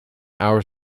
our